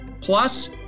Plus